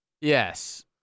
Yes